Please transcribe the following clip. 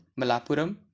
Malapuram